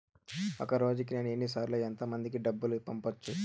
ఒక రోజుకి నేను ఎన్ని సార్లు ఎంత మందికి డబ్బులు పంపొచ్చు?